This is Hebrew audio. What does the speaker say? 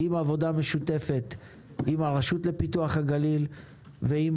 עם עבודה משותפת עם הרשות לפיתוח הגליל ועם